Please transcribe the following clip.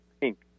pink